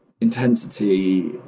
intensity